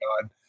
God